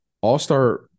All-Star